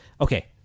okay